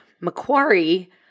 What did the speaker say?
Macquarie